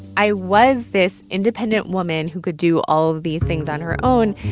i was this independent woman who could do all of these things on her own.